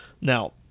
Now